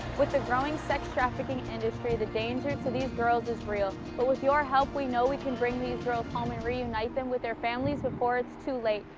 with the growing sex trafficking industry, the danger to these girls is real, but with your help we know we can bring these girls home and reunite them with their families before it's too late.